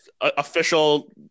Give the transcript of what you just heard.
Official